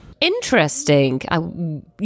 Interesting